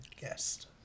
guest